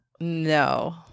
No